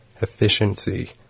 efficiency